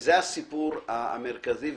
וזה הסיפור המרכזי.